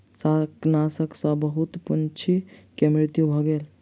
शाकनाशक सॅ बहुत पंछी के मृत्यु भ गेल